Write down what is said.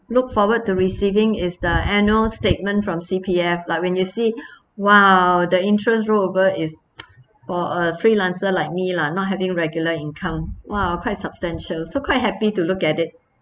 look forward to receiving is the annual statement from C_P_F like when you see !wow! the interest roll over is for a freelancer like me lah not having regular income !wow! quite substantial so quite happy to look at it